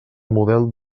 model